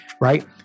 right